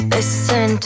Listen